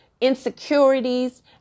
insecurities